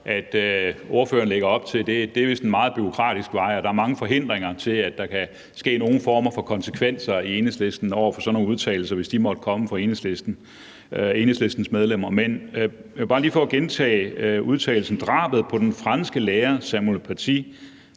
det, ordføreren lægger op til, vist er en meget bureaukratisk vej, og at der er mange forhindringer, før sådanne udtalelser kan få nogen former for konsekvenser i Enhedslisten, hvis de måtte komme fra Enhedslistens medlemmer. Men jeg vil bare lige gentage udtalelsen: Drabet på den franske lærer Samuel Paty